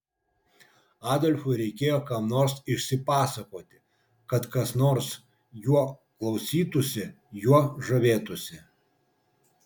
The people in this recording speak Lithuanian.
adolfui reikėjo kam nors išsipasakoti kad kas nors jo klausytųsi juo žavėtųsi